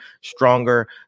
stronger